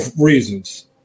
reasons